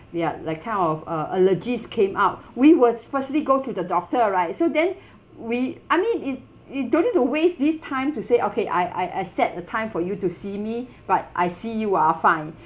ya like kind of uh allergies came out we would firstly go to the doctor right so then we I mean if we don't need to waste this time to say okay I I I set a time for you to see me but I see you are fine